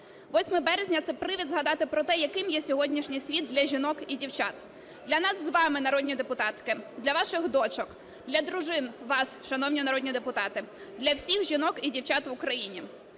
8 березня – це привід згадати про те, яким є сьогоднішній світ для жінок і дівчат, для нас з вами, народні депутатки, для ваших дочок, для дружин ваших, шановні народні депутати, для всіх жінок і дівчат в Україні.